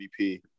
MVP